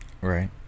right